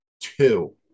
Two